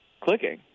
clicking